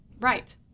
right